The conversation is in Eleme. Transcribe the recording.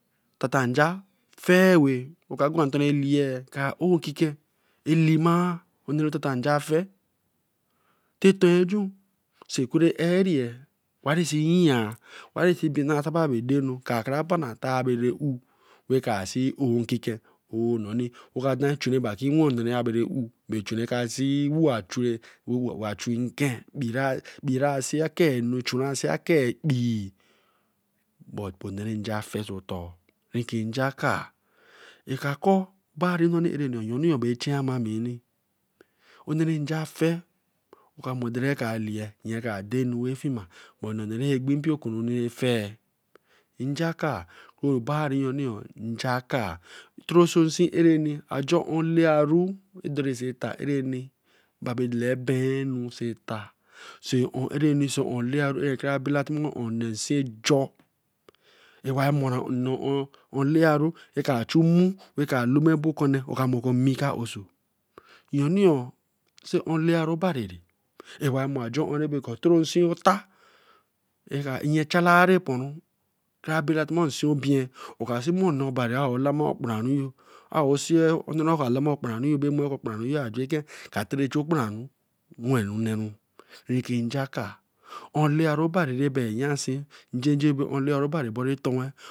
Tata nja fe weh. Eka gwan nton ra lee ya, kra owe nkiken a leema oneē ray tata nja fe tate ajun sai ku erri ye, ra see ye mai. why ra see bina bada abere dey nu ka kra bana tra bere oou weeh kra see owe nkiken owe nonii. nonne ra gbin mpio anurafe rein jakar, tro so sen arani olaeru eta areni baba jira eben anu so eta. Olaeru. ra kra chu mmu. ra kra lamabo okonnebl oka mor ko nmii ka oko. yonio olaero baribl rabako toro sin otar nye chalari ponru tara bala tiwo owa sin obia. oka see on raka namaru ker okparanwo wen neru. ra ka nja kaa olaeru obrari ra bae nyan see njenje olaorobari bora towen